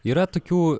yra tokių